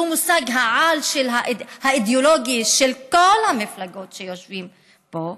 שהוא מושג-העל האידיאולוגי של כל המפלגות שיושבות פה,